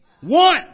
One